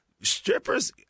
strippers